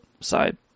side